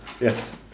Yes